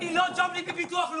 אני לא ג'ובניק בביטוח לאומי,